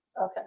Okay